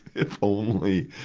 if only!